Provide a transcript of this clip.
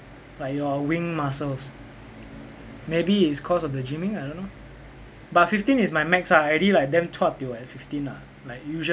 like your wing muscles maybe it's cause of the gymming I don't know but fifteen is my max ah I already like damn chua tio at fifteen ah like usually